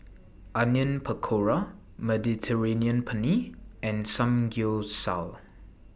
Onion Pakora Mediterranean Penne and Samgyeopsal